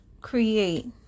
create